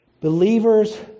Believers